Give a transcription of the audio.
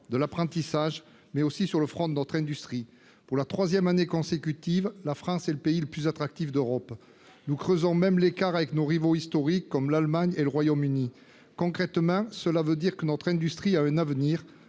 de l'apprentissage, mais aussi dans notre industrie. Pour la troisième année consécutive, la France est le pays le plus attractif d'Europe. Nous creusons même l'écart avec nos rivaux historiques, comme l'Allemagne et le Royaume-Uni. Concrètement, cela veut dire que notre industrie a un avenir